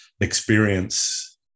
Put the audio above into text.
experience